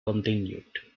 continued